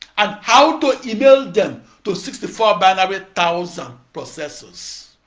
and how to email them to sixty four binary thousand processors.